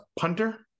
punter